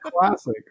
classic